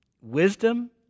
wisdom